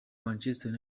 manchester